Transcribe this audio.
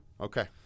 Okay